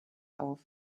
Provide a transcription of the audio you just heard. auf